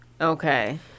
Okay